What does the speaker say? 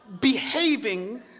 behaving